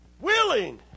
Willing